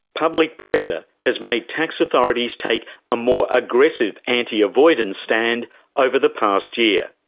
public pressure has made tax authorities take a more aggressive anti-avoidance stand over the past year.